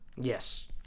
Yes